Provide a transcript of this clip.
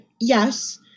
yes